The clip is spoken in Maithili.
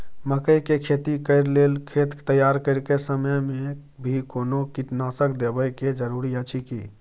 मकई के खेती कैर लेल खेत तैयार करैक समय मे भी कोनो कीटनासक देबै के जरूरी अछि की?